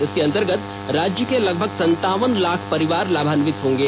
इसके अंतर्गत राज्य के लगभग संतावन लाख परिवार लाभन्वित होंगे